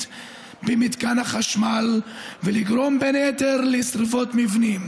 במתקן החשמל ולגרום בין היתר לשרפות מבנים,